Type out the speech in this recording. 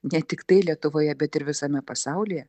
ne tiktai lietuvoje bet ir visame pasaulyje